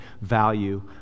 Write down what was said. value